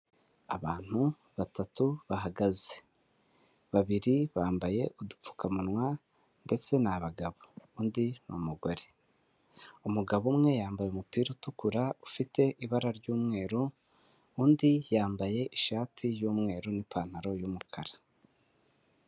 Abantu batatu bahagaze babiri bambaye udupfukamunwa ndetse ni abagabo undi ni umugore, umugabo umwe yambaye umupira utukura ufite ibara ry'umweru undi yambaye ishati y'umweru n'ipantaro y'umukara.